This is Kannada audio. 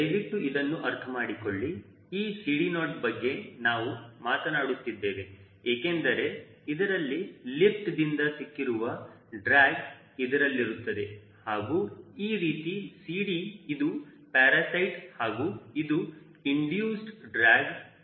ದಯವಿಟ್ಟು ಇದನ್ನು ಅರ್ಥಮಾಡಿಕೊಳ್ಳಿ ಈ CD0 ಬಗ್ಗೆ ನಾವು ಮಾತನಾಡುತ್ತಿದ್ದೇವೆ ಏಕೆಂದರೆ ರಲ್ಲಿ ಲಿಫ್ಟ್ ದಿಂದ ಸಿಕ್ಕಿರುವ ಡ್ರ್ಯಾಗ್ ಇದರಲ್ಲಿರುತ್ತದೆ ಹಾಗೂ ಈ ರೀತಿ CD ಇದು ಪ್ಯಾರಾಸೈಟ್ ಹಾಗೂ ಇದು ಇಂಡಯೂಸ್ಡ್ ಡ್ರ್ಯಾಗ್ ಆಗಿರುತ್ತದೆ